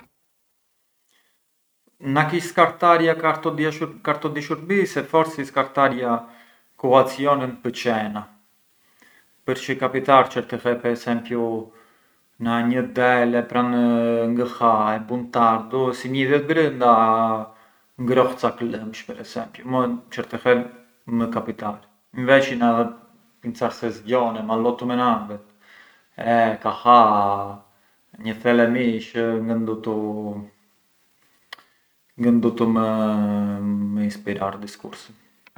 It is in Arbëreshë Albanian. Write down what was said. Marci ë moi çë thon se isht e qaset primavera, zën fill e nglaten ditë, zën fill e ngrohen ditë e si sos marci jarrën primavera, e kur jarrën primavera ë sempri një gjellë e re.